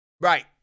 Right